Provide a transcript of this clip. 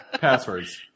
Passwords